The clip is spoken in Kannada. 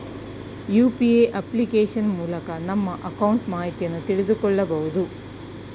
ಯು.ಪಿ.ಎ ಅಪ್ಲಿಕೇಶನ್ ಮೂಲಕ ನಿಮ್ಮ ಅಕೌಂಟ್ ಮಾಹಿತಿಯನ್ನು ತಿಳಿದುಕೊಳ್ಳಬಹುದು